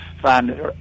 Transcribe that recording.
find